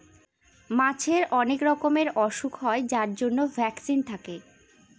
মাছের অনেক রকমের ওসুখ হয় যার জন্য ভ্যাকসিন থাকে